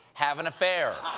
have an affair.